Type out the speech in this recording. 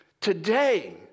Today